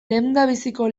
lehendabiziko